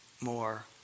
more